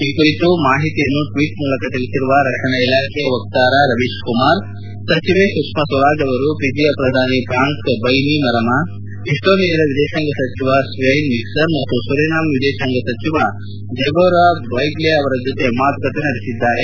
ಈ ಕುರಿತು ಮಾಹಿತಿಯನ್ನು ಟ್ವೀಟ್ ಮೂಲಕ ತಿಳಿಸಿರುವ ರಕ್ಷಣಾ ಇಲಾಖೆಯ ವಕ್ತಾರ ರವೀಶ್ ಕುಮಾರ್ ಸಚಿವೆ ಸುಷ್ನಾ ಸ್ವರಾಜ್ ಅವರು ಫಿಜಿಯ ಪ್ರಧಾನಿ ಪ್ರಾಂಕ್ ಬೈನಿಮರಮ ಇಸ್ಲೋನಿಯಾದ ವಿದೇಶಾಂಗ ಸಚಿವ ಸ್ವೆನ್ ಮಿಕ್ಸರ್ ಮತ್ತು ಸುರೆನೆಂ ವಿದೇಶಾಂಗ ಸಚಿವ ದೆಬೊರ ಮೊಲ್ಲಕ್ ಬೈಗ್ಲೆ ಅವರ ಜೊತೆ ಮಾತುಕತೆ ನಡೆಸಿದ್ದಾರೆ